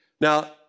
Now